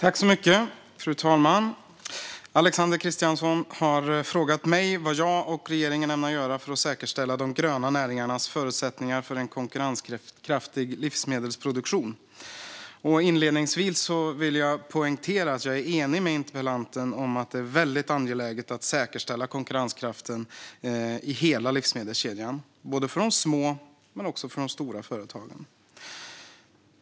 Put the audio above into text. Fru talman! Alexander Christiansson har frågat mig vad jag och regeringen ämnar göra för att säkerställa de gröna näringarnas förutsättningar när det gäller en konkurrenskraftig livsmedelsproduktion. Inledningsvis vill jag poängtera att jag är enig med interpellanten om att det är väldigt angeläget att säkerställa konkurrenskraften i hela livsmedelskedjan, för både de små och de stora företagen.